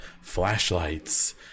flashlights